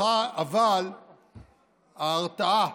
אבל ההרתעה